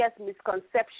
misconception